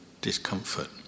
discomfort